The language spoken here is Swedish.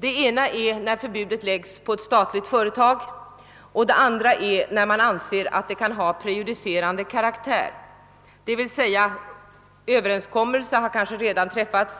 Det ena är när förbudet gäller ett statligt företag och det andra är när man anser att det kan ha prejudicerande karaktär — överenskommelse har kanske redan träffats